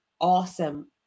awesome